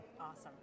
Awesome